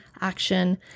action